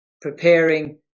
preparing